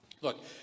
Look